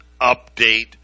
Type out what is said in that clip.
update